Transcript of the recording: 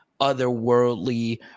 otherworldly